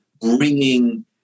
bringing